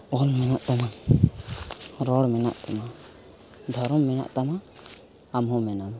ᱚᱞ ᱢᱮᱱᱟᱜ ᱛᱟᱢᱟ ᱨᱚᱲ ᱢᱮᱱᱟᱜ ᱛᱟᱢᱟ ᱫᱷᱚᱢᱚᱨ ᱢᱮᱱᱟᱜ ᱛᱟᱢᱟ ᱟᱢᱦᱚᱸ ᱢᱮᱱᱟᱢ